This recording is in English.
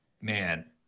man